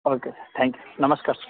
okay thank you ನಮಸ್ಕಾರ ಸ